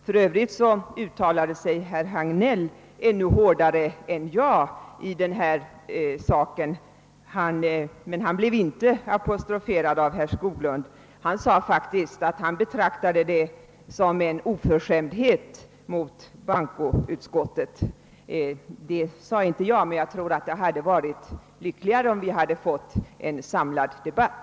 För övrigt uttalade sig herr Hagnell ännu hårdare än jag om denna sak, men han blev inte apostroferad av herr Skoglund. Han sade faktiskt att han betraktade det hela som en oförskämdhet mot bankoutskottet. Det sade inte jag, men jag tror det hade varit lyckligare om vi fått en samlad debatt.